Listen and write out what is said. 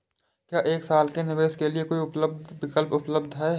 क्या एक साल के निवेश के लिए कोई विकल्प उपलब्ध है?